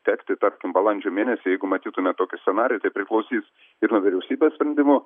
tekti tarkim balandžio mėnesį jeigu matytume tokį scenarijų tai priklausys ir nuo vyriausybės sprendimų